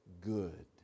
good